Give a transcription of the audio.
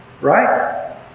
Right